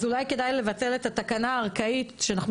אז אולי כדאי לבטל את התקנה הערכאית שאנחנו